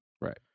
Right